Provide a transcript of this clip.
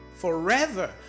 forever